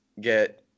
get